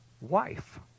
Wife